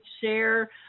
share